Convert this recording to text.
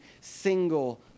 single